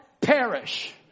perish